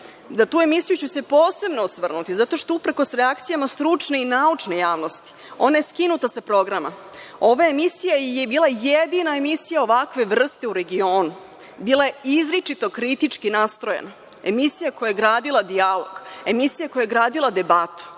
tu emisiju ću se posebno osvrnuti, zato što uprkos reakcijama stručne i naučne javnosti ona je skinuta sa programa. Ova emisija je bila jedina emisija ovakve vrste u regionu. Bila je izričito kritički nastrojena, emisija koja je gradila dijalog, emisija koja je gradila debatu,